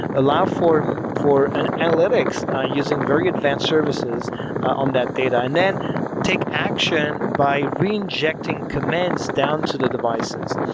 allow for for ah analytics using very advanced services on that data. and then take action by re injecting commands down to the devices.